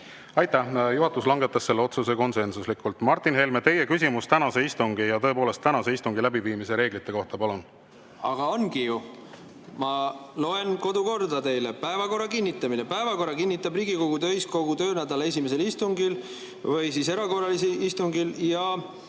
Aitäh! Juhatus langetas selle otsuse konsensuslikult. Martin Helme, teie küsimus tänase istungi – ja tõepoolest tänase istungi – läbiviimise reeglite kohta, palun! Aga ongi ju! Ma loen teile kodukorda. Päevakorra kinnitamise [kohta on öeldud, et] päevakorra kinnitab Riigikogu täiskogu töönädala esimesel istungil või siis erakorralisel istungil.